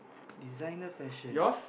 designer fashions